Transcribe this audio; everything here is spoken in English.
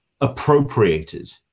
Appropriated